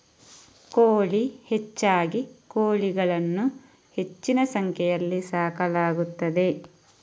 ಕೋಳಿ ಹೆಚ್ಚಾಗಿ ಕೋಳಿಗಳನ್ನು ಹೆಚ್ಚಿನ ಸಂಖ್ಯೆಯಲ್ಲಿ ಸಾಕಲಾಗುತ್ತದೆ